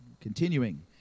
Continuing